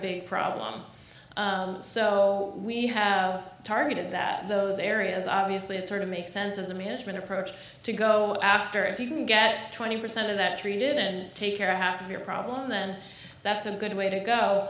big problem so we have targeted that those areas obviously it sort of makes sense as a management approach to go after if you can get twenty percent of that treated and take care of half of your problem then that's a good way to go